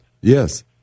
Yes